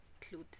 clothes